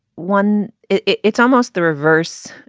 one, it's almost the reverse.